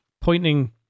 pointing